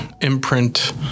imprint